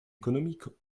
économiques